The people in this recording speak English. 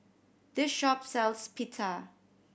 this shop sells Pita